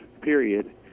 period